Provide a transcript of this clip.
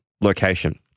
location